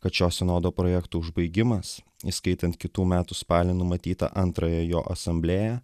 kad šio sinodo projektų užbaigimas įskaitant kitų metų spalį numatytą antrąją jo asamblėją